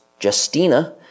Justina